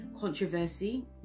controversy